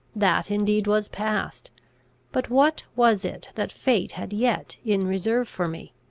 that indeed was past but what was it that fate had yet in reserve for me!